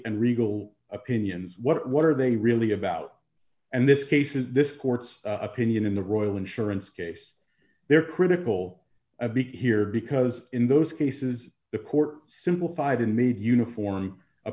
and regal opinions what are they really about and this case is this court's opinion in the royle insurance case they are critical of big here because in those cases the court simplified and made uniform